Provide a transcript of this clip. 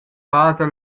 basa